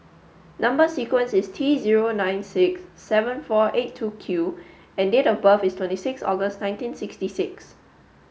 number sequence is T zero nine six seven four eight two Q and date of birth is twenty six August nineteen sixty six